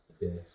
Yes